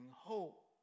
hope